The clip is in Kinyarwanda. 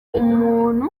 umuntu